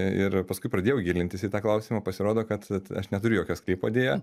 ir paskui pradėjau gilintis į tą klausimą pasirodo kad aš neturiu jokio sklypo deja